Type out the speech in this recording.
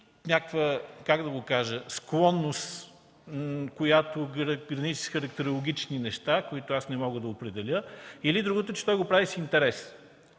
това показва или склонност, която граничи с характерологични неща, които аз не мога да определя, или че той го прави с интерес.